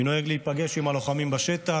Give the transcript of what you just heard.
אני נוהג להיפגש עם הלוחמים בשטח,